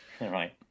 Right